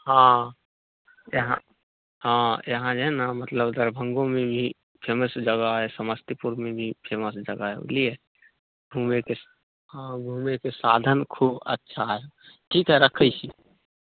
हँ जे अहाँ हँ यहाँ जे हइ ने मतलब दरभङ्गोमे भी फेमस जगह हइ समस्तीपुरमे भी फेमस जगह हइ बुझलिए घुमैके हँ घुमैके साधन खूब अच्छा हइ ठीक हइ रखै छी